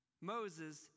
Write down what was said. Moses